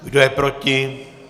Kdo je proti?